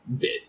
bit